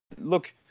look